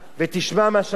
ותשמע מה שאני אומר,